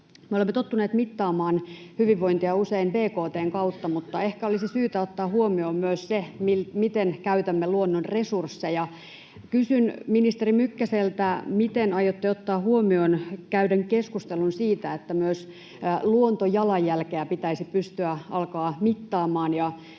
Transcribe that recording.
olemme tottuneet mittaamaan hyvinvointia usein bkt:n kautta, mutta ehkä olisi syytä ottaa huomioon myös se, miten käytämme luonnon resursseja. Kysyn ministeri Mykkäseltä: miten aiotte ottaa huomioon käydyn keskustelun siitä, että myös luontojalanjälkeä pitäisi pystyä alkaa mittaamaan